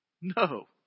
no